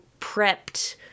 prepped